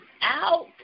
out